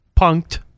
punked